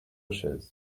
chaises